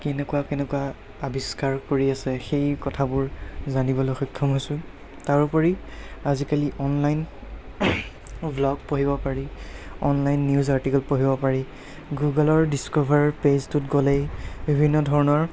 কেনেকুৱা কেনেকুৱা আৱিষ্কাৰ কৰি আছে সেই কথাবোৰ জানিবলৈ সক্ষম হৈছোঁ তাৰোপৰি আজিকালি অনলাইন ব্লগ পঢ়িব পাৰি অনলাইন নিউজ আৰ্টিকেল পঢ়িব পাৰি গুগলৰ ডিছ্কভাৰ পেজটোত গ'লেই বিভিন্ন ধৰণৰ